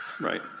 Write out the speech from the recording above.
Right